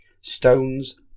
stones